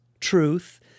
truth